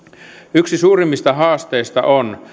yksi suurimmista haasteista on